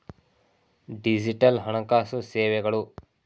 digital ಹಣಕಾಸು ಸೇವೆಗಳು